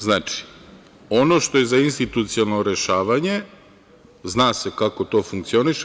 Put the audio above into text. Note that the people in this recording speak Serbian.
Znači, ono što je za institucionalno rešavanje, zna se kako to funkcioniše.